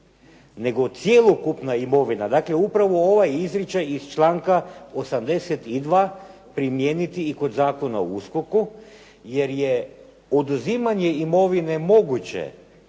nego cjelokupna imovina. Dakle, upravo ovaj izričaj iz članka 82. primijeniti i kod Zakona o USKOK-u jer je oduzimanje imovine moguće